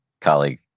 colleague